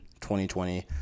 2020